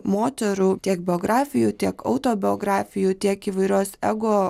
moterų tiek biografijų tiek autobiografijų tiek įvairios ego